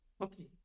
Okay